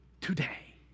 today